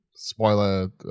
Spoiler